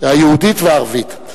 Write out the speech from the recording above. היהודית והערבית.